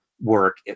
work